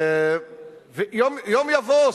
יום יבוא,